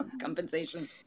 Compensation